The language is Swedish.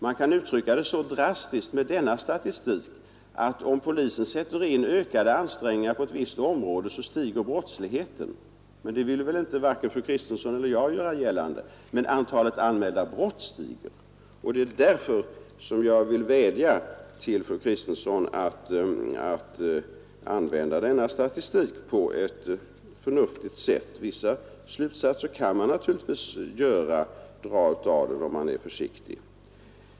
Man kan uttrycka det så drastiskt att om polisen sätter in ökade ansträngningar på ett visst område så stiger brottsligheten. Och det vill väl varken fru Kristensson eller jag göra gällande — men antalet anmälda brott stiger. Det är därför jag vill vädja till fru Kristensson att använda denna statistik på ett förnuftigt sätt. Vissa slutsatser kan man naturligtvis dra av den, om man är försiktig.